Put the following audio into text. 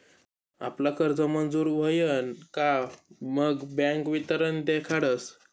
आपला कर्ज मंजूर व्हयन का मग बँक वितरण देखाडस